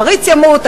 הפריץ ימות,